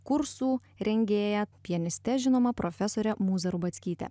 kursų rengėja pianiste žinoma profesore mūza rubackyte